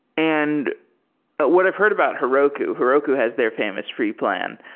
and but what i've heard about heroku, heroku has their famous free plan.